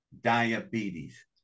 Diabetes